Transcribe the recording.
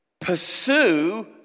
Pursue